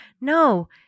No